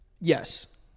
Yes